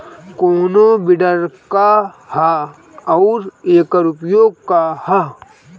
कोनो विडर का ह अउर एकर उपयोग का ह?